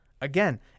Again